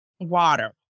water